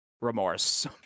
remorse